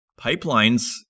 pipelines